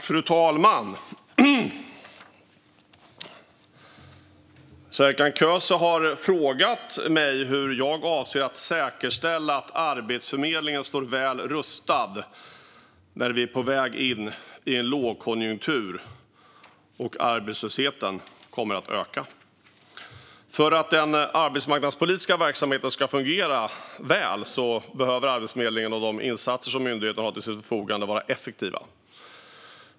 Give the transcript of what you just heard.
Fru talman! Serkan Köse har frågat mig hur jag avser att säkerställa att Arbetsförmedlingen står väl rustad när vi är på väg in i en lågkonjunktur och arbetslösheten kommer att öka. För att den arbetsmarknadspolitiska verksamheten ska fungera väl behöver Arbetsförmedlingen och de insatser som myndigheten har till sitt förfogande vara effektiva.